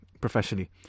professionally